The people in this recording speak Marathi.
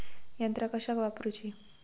यंत्रा कशाक वापुरूची?